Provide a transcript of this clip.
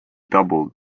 doubled